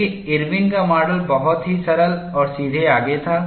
देखें इरविन का माडल बहुत ही सरल और सीधे आगे था